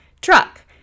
truck